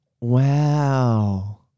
Wow